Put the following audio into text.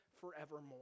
forevermore